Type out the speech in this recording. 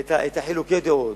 את חילוקי הדעות.